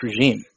regime